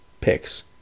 picks